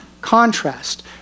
contrast